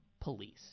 police